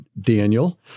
Daniel